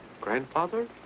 grandfather